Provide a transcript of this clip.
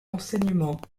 enseignement